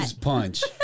Punch